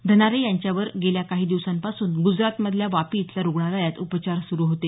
धनारे यांच्यावर गेल्या काही दिवसांपासून गुजरात मधल्या वापी इथल्या रुग्णालयात उपचार सुरू होते